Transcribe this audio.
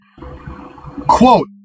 quote